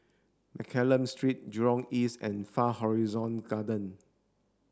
Mccallum Street Jurong East and Far Horizon Garden